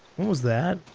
was that?